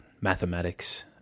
mathematics